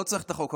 לא צריך את החוק,